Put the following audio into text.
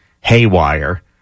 haywire